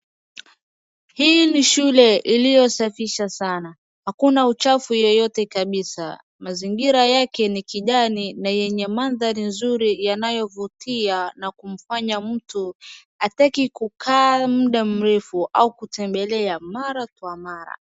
Hii ni shule iliyosafisha sana. Hakuna uchafu yeyote kabisa. Mazingira yake ni kijani na yenye mandhari nzuri yanayovutia na kumfanya mtu atake kukaa munda murefu au kutembelea mara kwa mara.